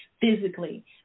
physically